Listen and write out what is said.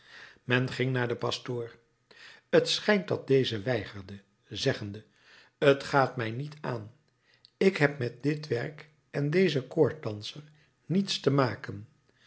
men ging naar den pastoor t schijnt dat deze weigerde zeggende t gaat mij niet aan ik heb met dit werk en dezen koorddanser niets te maken